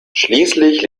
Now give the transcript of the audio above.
schließlich